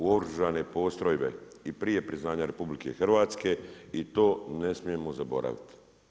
U oružane postrojbe i prije priznanja RH i to ne smijemo zaboraviti.